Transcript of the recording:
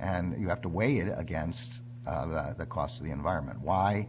and you have to weigh it against the cost of the environment why